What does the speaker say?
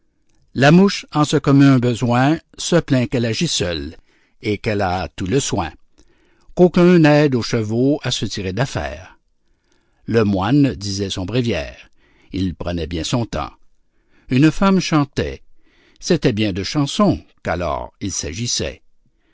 la mouche en ce commun besoin se plaint qu'elle agit seule et qu'elle a tout le soin qu'aucun n'aide aux chevaux à se tirer d'affaire le moine disait son bréviaire il prenait bien son temps une femme chantait c'était bien de chansons qu'alors il s'agissait